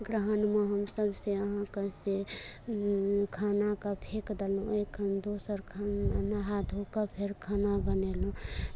ग्रहणमे हमसभ से अहाँके जे खानाकेँ फेकि देलहुँ ओहिके बाद दोसर खाना नहा धो कऽ फेर खाना बनेलहुँ